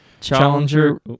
Challenger